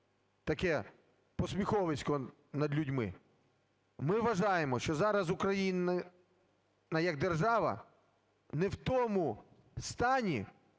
Таке посміховисько над людьми. Ми вважаємо, що зараз Україна як держава не в тому стані,